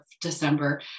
December